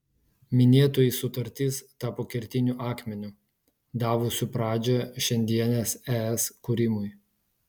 minėtoji sutartis tapo kertiniu akmeniu davusiu pradžią šiandienės es kūrimui